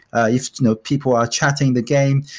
ah you know people are chatting the game,